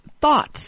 thoughts